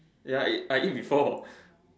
ya it I eat before